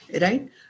right